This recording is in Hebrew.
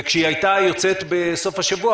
וכשהיא הייתה יוצאת בסוף השבוע,